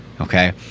Okay